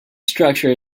structure